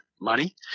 money